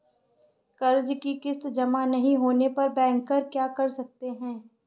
कर्ज कि किश्त जमा नहीं होने पर बैंकर क्या कर सकते हैं?